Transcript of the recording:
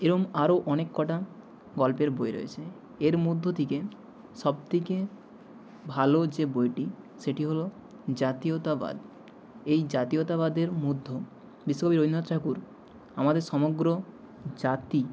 এরম আরো অনেক কটা গল্পের বই রয়েছে এর মধ্যে থেকে সবথেকে ভালো যে বইটি সেটি হলো জাতীয়তাবাদ এই জাতীয়তাবাদের মধ্য বিশ্বকবি রবীন্দ্রনাথ ঠাকুর আমাদের সমগ্র জাতি